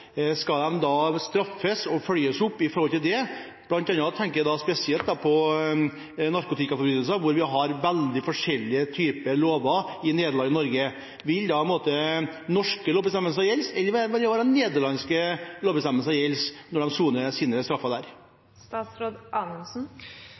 skal de da straffes og følges opp for det? Jeg tenker spesielt på narkotikaforbrytelser, der vi har veldig forskjellige lover i Nederland og Norge. Vil det da være norske eller nederlandske lover som gjelder når de soner sin straff der? Jeg tror det